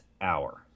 Hour